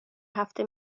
هفته